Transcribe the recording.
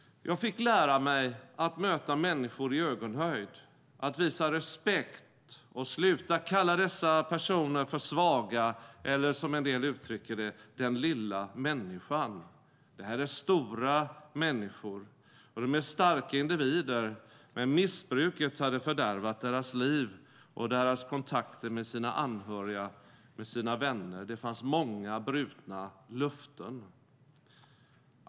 Jag fick lära mig att möta människor i ögonhöjd, att visa respekt och sluta kalla dessa människor för svaga eller, som en del uttrycker det, "den lilla människan". Detta är stora människor. De är starka individer, men missbruket hade fördärvat deras liv och deras kontakter med anhöriga och vänner. Det fanns många brutna löften.